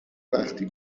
وقتی